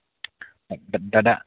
দাদা